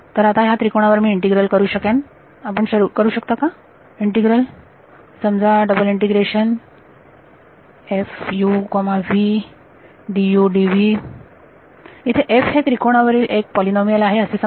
तर आता ह्या त्रिकोणावर मी इंटिग्रल करू शकेन आपण करू शकता का इंटिग्रल समजा इथे f हे त्रिकोणा वरील एक पोलीनोमियल आहे असे समजा